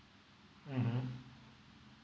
mmhmm